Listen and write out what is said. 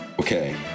Okay